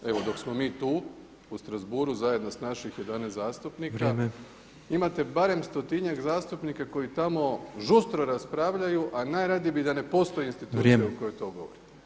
Evo dok smo mi tu, u Strasbourgu zajedno s naših 11 zastupnika imate barem stotinjak zastupnika koji tamo žustro raspravljaju, a najradije bi da ne postoji institucija od toj govorimo.